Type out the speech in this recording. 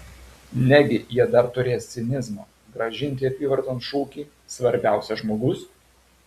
negi jie dar turės cinizmo grąžinti apyvarton šūkį svarbiausia žmogus